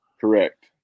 Correct